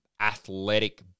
athletic